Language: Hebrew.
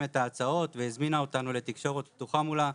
את ההצעות והזמינה אותנו לתקשורת פתוחה מולה,